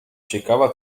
ciekawa